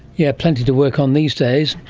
yeah plenty to work on these days.